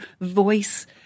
voice